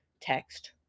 text